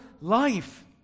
life